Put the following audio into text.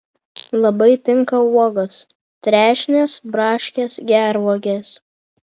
labai tinka uogos trešnės braškės gervuogės